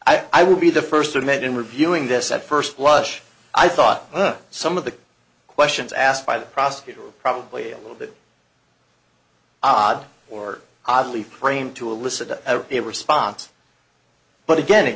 i would be the first amendment reviewing this at first blush i thought some of the questions asked by the prosecutor were probably a little bit odd or oddly framed to elicit a response but again it